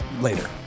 later